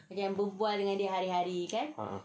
ah